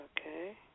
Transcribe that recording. Okay